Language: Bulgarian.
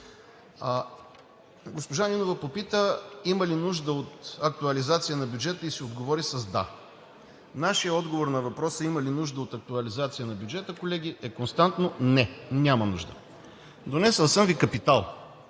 Госпожа Нинова попита има ли нужда от актуализация на бюджета и си отговори с да. Нашият отговор на въпроса има ли нужда от актуализация на бюджета, колеги, е константно – не, няма нужда. Донесъл съм Ви „Капитал“